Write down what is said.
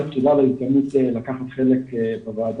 קודם כל תודה על ההזדמנות לקחת חלק בוועדה,